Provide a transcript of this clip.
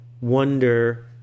wonder